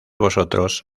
vosotros